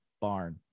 barn